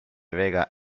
vega